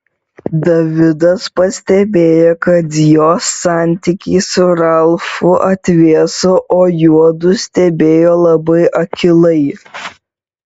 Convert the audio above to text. davidas pastebėjo kad jos santykiai su ralfu atvėso o juodu stebėjo labai akylai